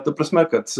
ta prasme kad